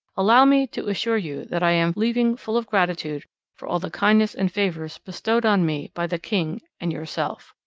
allow me to assure you that i am leaving full of gratitude for all the kindness and favours bestowed on me by the king and yourself.